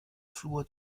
flur